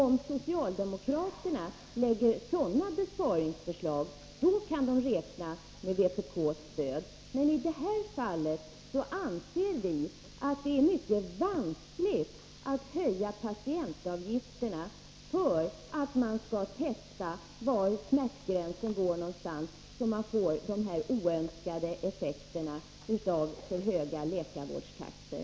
Om socialdemokraterna lägger fram sådana besparingsförslag kan de räkna med vpk:s stöd. Men i det här fallet anser vi att det är mycket vanskligt att höja patientavgifterna för att testa var smärtgränsen går. Då får man dessa oönskade effekter i form av för höga läkarvårdstaxor.